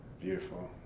Beautiful